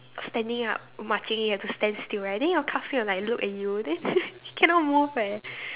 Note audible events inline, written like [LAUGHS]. standing up marching you have to stand still right then your classmate will like look at you then [LAUGHS] cannot move eh